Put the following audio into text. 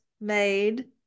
made